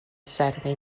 saturday